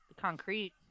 concrete